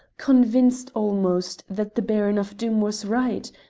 convinced almost that the baron of doom was right,